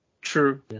True